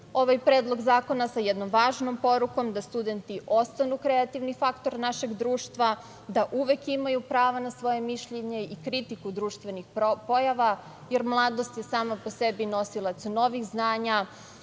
ovaj predlog zakona, sa jednom važnom porukom da studenti ostanu kreativni faktor našeg društva, da uvek imaju prava na svoje mišljenje i kritiku društvenih pojava, jer mladost je sama po sebi nosilac novih znanja,